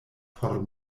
por